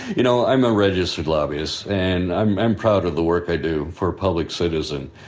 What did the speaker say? you know, i'm a registered lobbyist, and i'm proud of the work i do for public citizen,